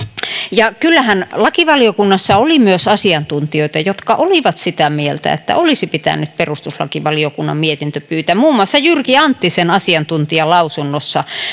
ja kyllähän lakivaliokunnassa oli myös asiantuntijoita jotka olivat sitä mieltä että olisi pitänyt perustuslakivaliokunnan lausunto pyytää muun muassa jyrki anttisen asiantuntijalausunnossa